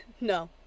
No